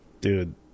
dude